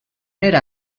era